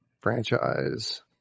franchise